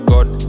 God